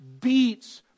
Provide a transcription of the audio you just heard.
beats